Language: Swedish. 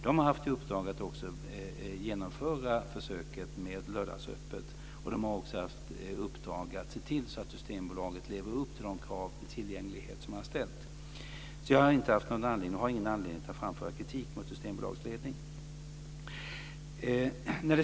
Den har haft i uppdrag att genomföra försöket med lördagsöppet och att se till att Systembolaget lever upp till de krav på tillgänglighet som har ställts. Jag har alltså ingen anledning att framföra kritik mot Systembolagets ledning.